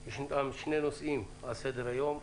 יש בפנינו שני נושאים על סדר היום.